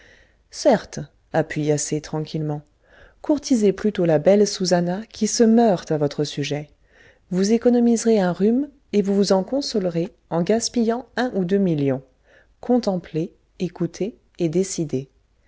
certes appuya c tranquillement courtisez plutôt la belle susannah qui se meurt à votre sujet vous économiserez un rhume et vous vous en consolerez en gaspillant un ou deux millions contemplez écoutez et décidez